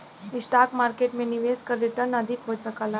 stock market में निवेश क रीटर्न अधिक हो सकला